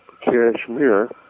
Kashmir